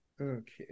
Okay